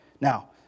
Now